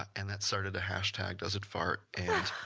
and that started the hashtag doesitfart, and